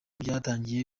byatangiye